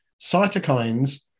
Cytokines